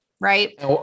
Right